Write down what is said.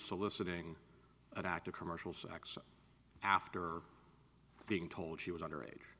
soliciting an active commercial sex after being told she was under age